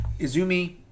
Izumi